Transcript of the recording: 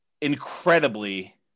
incredibly